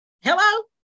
Hello